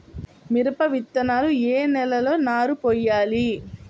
మిరప విత్తనాలు ఏ నెలలో నారు పోయాలి?